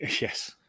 Yes